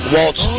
Waltz